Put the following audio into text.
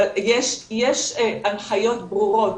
אבל יש הנחיות ברורות.